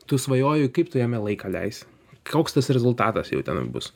tu svajoji kaip tu jame laiką leisi koks tas rezultatas jau ten bus